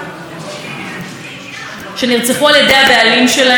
ואתה חושב, מה קרה שהוביל את הבעל של אנגווץ,